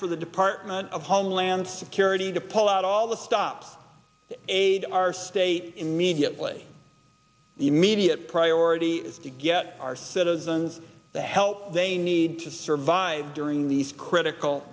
for the department of homeland security to pull out all the stop aid our state immediately the immediate priority is to get our citizens the help they need to survive during these critical